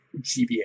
GBA